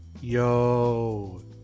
yo